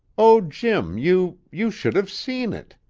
oh, jim, you you should have seen it.